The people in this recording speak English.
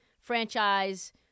Franchise